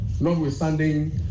notwithstanding